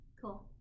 cool